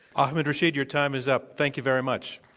ahmed rashid, your time is up. thank you very much.